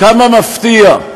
כמה מפתיע.